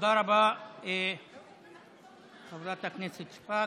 תודה רבה, חברת הכנסת שפק.